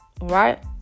right